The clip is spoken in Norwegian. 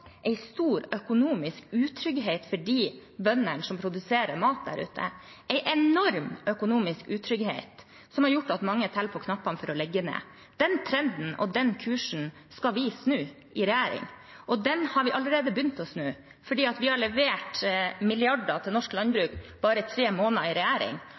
stor økonomisk utrygghet for bøndene som produserer mat der ute, en enorm økonomisk utrygghet som har gjort at mange teller på knappene om de skal legge ned. Den trenden og den kursen skal vi snu i regjering, og den har vi allerede begynt å snu, for vi har levert milliarder av kroner til norsk landbruk etter bare tre måneder i regjering.